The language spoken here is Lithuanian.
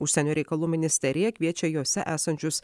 užsienio reikalų ministerija kviečia jose esančius